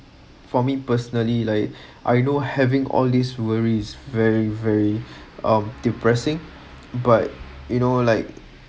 for me personally like I know having all these worries are very very of depressing but you know like